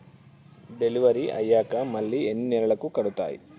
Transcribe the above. Delivery అయ్యాక మళ్ళీ ఎన్ని నెలలకి కడుతాయి?